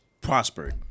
prospered